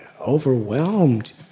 overwhelmed